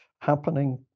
happening